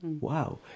Wow